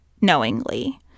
knowingly